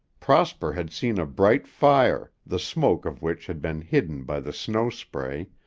prosper had seen a bright fire, the smoke of which had been hidden by the snow-spray,